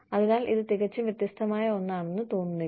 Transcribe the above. അതിനാൽ ഇത് തികച്ചും വ്യത്യസ്തമായ ഒന്നാണെന്ന് തോന്നുന്നില്ല